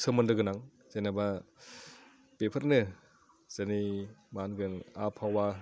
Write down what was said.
सोमोन्दो गोनां जेनेबा बेफोरनो जोंनि मा होनगोन आबहावा